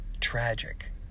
tragic